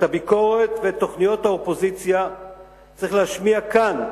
את הביקורת ואת תוכניות האופוזיציה צריך להשמיע כאן,